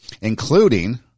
including